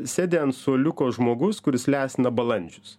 sėdi ant suoliuko žmogus kuris lesina balandžius